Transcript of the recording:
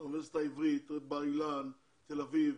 האוניברסיטה העברית, בר אילן, תל אביב,